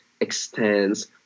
extends